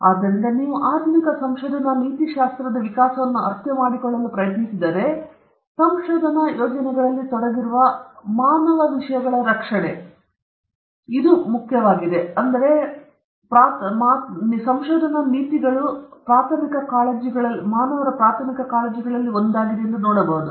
ಆದ್ದರಿಂದ ನೀವು ಆಧುನಿಕ ಸಂಶೋಧನಾ ನೀತಿಶಾಸ್ತ್ರದ ವಿಕಾಸವನ್ನು ಅರ್ಥಮಾಡಿಕೊಳ್ಳಲು ಪ್ರಯತ್ನಿಸಿದರೆ ಸಂಶೋಧನಾ ಯೋಜನೆಗಳಲ್ಲಿ ತೊಡಗಿರುವ ಮಾನವ ವಿಷಯಗಳ ರಕ್ಷಣೆ ಆಧುನಿಕ ದಿನಗಳಲ್ಲಿ ಸಂಶೋಧನಾ ನೀತಿಗಳ ಪ್ರಾಥಮಿಕ ಕಾಳಜಿಗಳಲ್ಲಿ ಒಂದಾಗಿದೆ ಎಂದು ನಾವು ನೋಡಬಹುದು